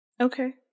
Okay